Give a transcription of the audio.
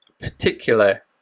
particular